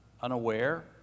unaware